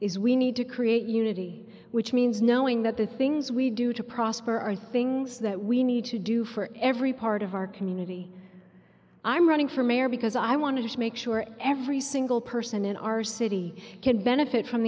is we need to create unity which means knowing that the things we do to prosper are things that we need to do for every part of our community i'm running for mayor because i want to make sure every single person in our city can benefit from